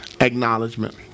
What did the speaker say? acknowledgement